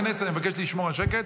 חברות הכנסת, אני מבקש לשמור על שקט.